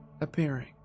appearing